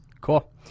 cool